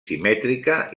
simètrica